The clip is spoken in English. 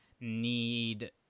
need